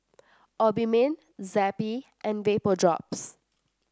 Obimin Zappy and Vapodrops